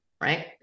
right